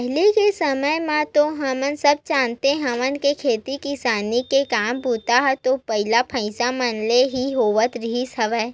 पहिली के समे म तो हमन सब जानते हवन के खेती किसानी के काम बूता ह तो बइला, भइसा मन ले ही होवत रिहिस हवय